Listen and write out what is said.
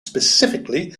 specifically